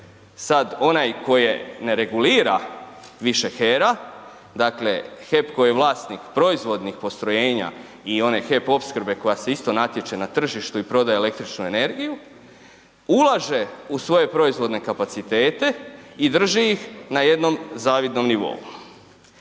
sad onaj koje ne regulira više HERA, dakle HEP koji je vlasnik proizvodnih postrojenja i one HEP opskrbe koja se isto natječe na tržištu i prodaje električnu energiju, ulaže u svoje proizvodne kapacitete i drži ih na jednom zavidnom nivou.